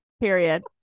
Period